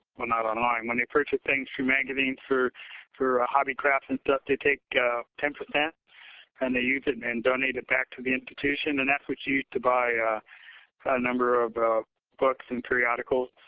well, not online. when they purchase things through magazines for for ah hobby, crafts, and stuff, they take ten percent and they use it and and donate it back to the institution. and that's what's used to buy a number of ah books and periodicals.